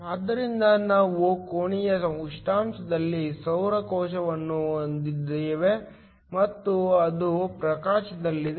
ಆದ್ದರಿಂದ ನಾವು ಕೋಣೆಯ ಉಷ್ಣಾಂಶದಲ್ಲಿ ಸೌರ ಕೋಶವನ್ನು ಹೊಂದಿದ್ದೇವೆ ಮತ್ತು ಅದು ಪ್ರಕಾಶದಲ್ಲಿದೆ